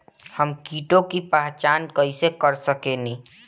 हम कीटों की पहचान कईसे कर सकेनी?